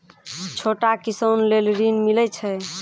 छोटा किसान लेल ॠन मिलय छै?